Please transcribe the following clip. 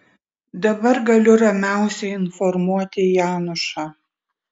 dabar galiu ramiausiai informuoti janušą